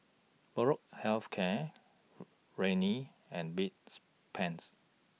Molnylcke Health Care Rene and beds Pans